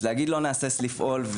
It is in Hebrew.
אז להגיד לא נהסס לפעול,